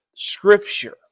Scripture